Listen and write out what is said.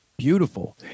Beautiful